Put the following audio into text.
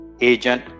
Agent